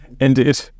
Indeed